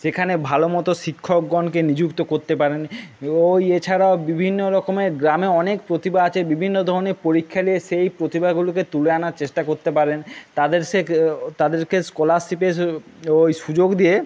সেখানে ভালো মতো শিক্ষকগণকে নিযুক্ত করতে পারেন ওই এছাড়াও বিভিন্ন রকমের গ্রামে অনেক প্রতিভা আছে বিভিন্ন ধরনের পরীক্ষা নিয়ে সেই প্রতিভাগুলোকে তুলে আনার চেষ্টা করতে পারেন তাদের সে তাদেরকে স্কলারশিপের ওই সুযোগ দিয়ে